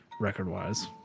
record-wise